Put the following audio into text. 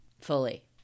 fully